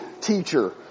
teacher